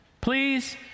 Please